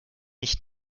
ich